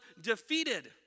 defeated